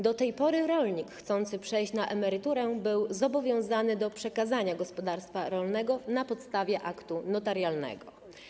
Do tej pory rolnik chcący przejść na emeryturę był zobowiązany do przekazania gospodarstwa rolnego na postawie aktu notarialnego.